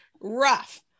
rough